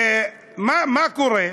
מה קורה?